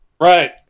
Right